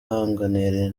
ahanganiye